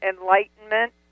enlightenment